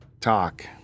Talk